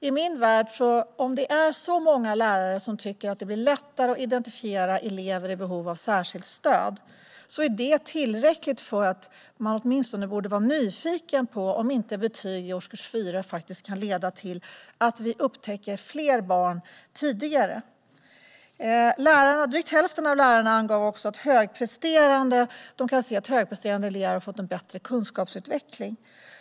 I min värld är det så att om så många lärare tycker att det blir lättare att identifiera elever i behov av särskilt stöd är det tillräckligt för att man åtminstone borde vara nyfiken på om inte betyg i årskurs 4 faktiskt kan leda till att vi upptäcker fler barn tidigare. Drygt hälften av lärarna angav också att de kan se att högpresterande elever har fått en bättre kunskapsutveckling.